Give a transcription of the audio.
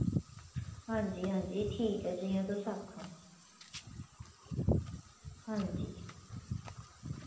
आं जी आं जी ठीक ऐ जियां तुस आक्खो आं जी